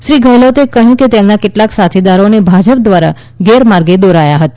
શ્રી ગેહલોતે કહ્યું કે તેમના કેટલાક સાથીદારોને ભાજપ દ્વારા ગેરમાર્ગે દોરાયા હતા